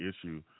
issue